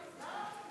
בסדר.